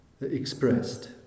expressed